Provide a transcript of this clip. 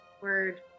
word